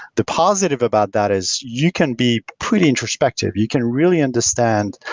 the positive about that is you can be pretty introspective. you can really understand.